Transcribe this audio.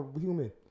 human